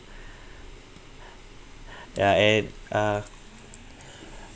yeah and uh